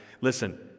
listen